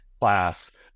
class